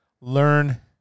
learn